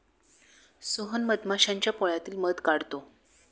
सोहन मधमाश्यांच्या पोळ्यातील मध काढतो